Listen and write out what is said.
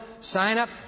sign-up